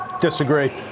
Disagree